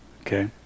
okay